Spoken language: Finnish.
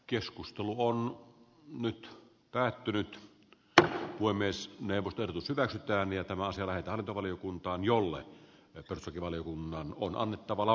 keskustelu on nyt päättynyt että voi myös pyrkisivät ääniä tämä on selvää että valiokuntaan jolle joka saisi valiokunnan on annettavana